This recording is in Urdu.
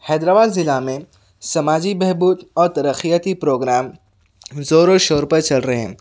حیدر آباد ضلع میں سماجی بہبود اور ترقیاتی پروگرام زور و شور پر چل رہے ہیں